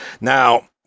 Now